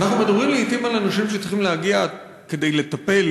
אנחנו מדברים לעתים על אנשים שצריכים להגיע כדי לטפל,